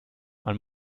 man